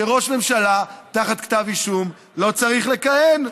שראש ממשלה תחת כתב אישום לא צריך לכהן.